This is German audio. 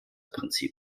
prinzip